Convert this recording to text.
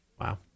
Wow